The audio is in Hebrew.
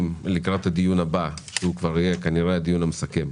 לקראת הדיון הבא שיהיה גם הנושא המסכם: